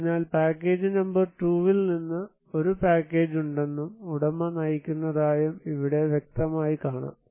അതിനാൽ package number 2 ൽ നിന്ന് ഒരു പാക്കേജ് ഉണ്ടെന്നും ഉടമ നയിക്കുന്നതായും ഇവിടെ വ്യക്തമായി കാണാം